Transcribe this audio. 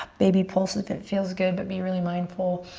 ah baby pulse if it feels good but be really mindful.